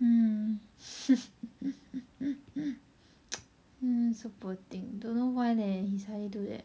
mm so poor thing don't know why leh he suddenly do that